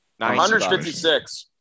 156